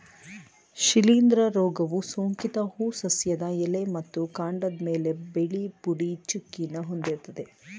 ಶಿಲೀಂಧ್ರ ರೋಗವು ಸೋಂಕಿತ ಹೂ ಸಸ್ಯದ ಎಲೆ ಮತ್ತು ಕಾಂಡದ್ಮೇಲೆ ಬಿಳಿ ಪುಡಿ ಚುಕ್ಕೆನ ಹೊಂದಿರ್ತದೆ